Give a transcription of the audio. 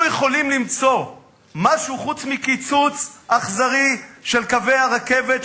אם היינו יכולים למצוא משהו חוץ מקיצוץ אכזרי של קווי הרכבת,